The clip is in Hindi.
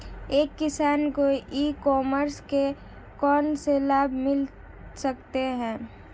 एक किसान को ई कॉमर्स के कौनसे लाभ मिल सकते हैं?